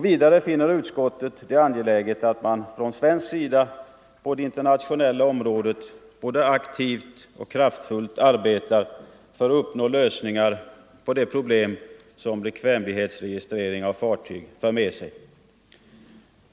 Vidare finner utskottet det angeläget att man från svensk sida på det internationella området både aktivt och kraftfullt arbetar för att uppnå lösningar på de problem som bekvämlighetsregistrering av fartyg för med sig.